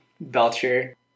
Belcher